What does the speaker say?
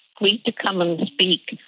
agreed to come and speak,